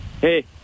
Hey